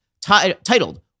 titled